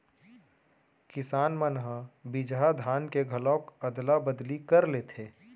किसान मन ह बिजहा धान के घलोक अदला बदली कर लेथे